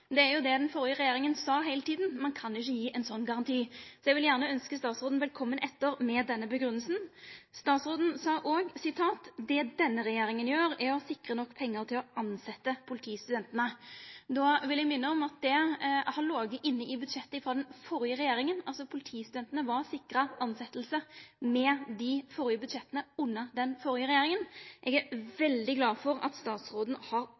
Det var jo det den førre regjeringa sa heile tida, at ein kan ikkje gi ein sånn garanti. Så eg vil gjerne ønskja statsråden velkommen etter med denne grunngivinga. Statsråden sa òg at det denne regjeringa gjer, er å sikra nok pengar til å tilsetta politistudentane. Då vil eg minna om at dette har lege inne i budsjettet frå den førre regjeringa. Politistudentane var altså sikra tilsetting med dei førre budsjetta, under den førre regjeringa. Eg er veldig glad for at statsråden har